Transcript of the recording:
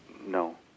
No